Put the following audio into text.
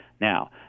Now